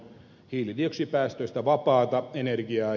hiilidioksidipäästöistä vapaata energiaa